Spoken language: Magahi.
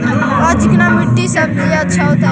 का चिकना मट्टी में सब्जी अच्छा होतै?